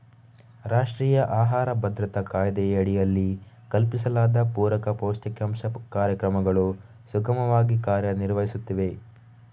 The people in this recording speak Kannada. ರಾಷ್ಟ್ರೀಯ ಆಹಾರ ಭದ್ರತಾ ಕಾಯ್ದೆಯಡಿಯಲ್ಲಿ ಕಲ್ಪಿಸಲಾದ ಪೂರಕ ಪೌಷ್ಟಿಕಾಂಶ ಕಾರ್ಯಕ್ರಮಗಳು ಸುಗಮವಾಗಿ ಕಾರ್ಯ ನಿರ್ವಹಿಸುತ್ತಿವೆ